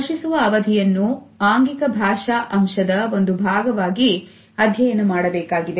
ಸ್ಪರ್ಶಿಸುವ ಅವಧಿಯನ್ನು ಲೈಂಗಿಕ ಭಾಷಾ ಅಂಶದ ಒಂದು ಭಾಗವಾಗಿ ಅಧ್ಯಯನ ಮಾಡಬೇಕಾಗಿದೆ